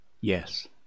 Yes